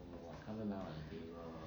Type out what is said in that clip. no I can't even lie on the table